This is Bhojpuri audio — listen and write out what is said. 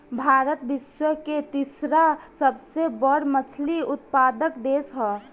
भारत विश्व के तीसरा सबसे बड़ मछली उत्पादक देश ह